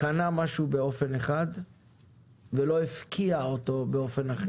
קנו משהו באופן אחד ולא הפקיעו באופן אחר?